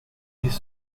ils